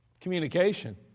Communication